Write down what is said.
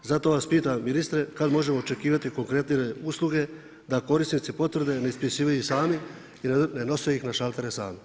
Zato vas pitam ministre kad možemo očekivati konkretne usluge da korisnici potvrde neispisivaju sami i ne nose ih na šaltere sami.